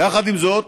יחד עם זאת,